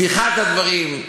פתיחת הדברים.